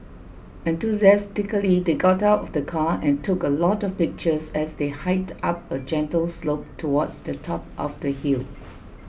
enthusiastically they got out of the car and took a lot of pictures as they hiked up a gentle slope towards the top of the hill